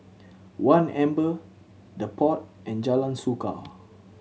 One Amber The Pod and Jalan Suka